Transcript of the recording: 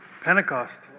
Pentecost